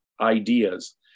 ideas